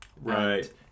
Right